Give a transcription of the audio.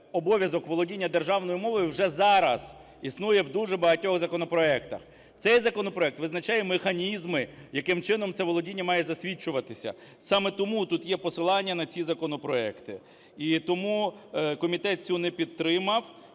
обов'язок володіння державною мовою вже зараз існує в дуже багатьох законопроектах. Цей законопроект визначає механізми, яким чином це володіння має засвідчуватися. Саме тому тут є посилання на ці законопроекти. І тому комітет цього не підтримав.